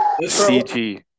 CG